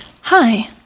Hi